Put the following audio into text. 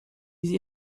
diese